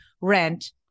rent